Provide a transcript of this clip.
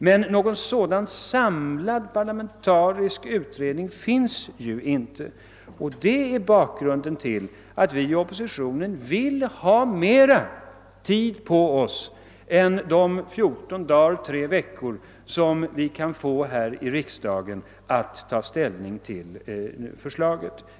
Men någon sådan samlad parlamentarisk utredning har inte gjorts den här gången, och det är bakgrunden till att vi i oppositionen vill ha längre tid på oss än de 14 dagar eller tre veckor som vi får här i riksdagen för att ta ställning till förslaget.